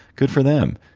good for them.